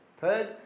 Third